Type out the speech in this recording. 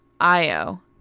Io